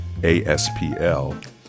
ASPL